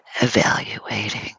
evaluating